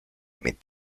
mit